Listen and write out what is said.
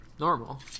normal